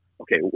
okay